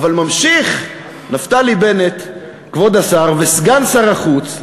אבל ממשיכים נפתלי בנט, כבוד השר, וסגן שר החוץ,